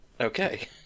Okay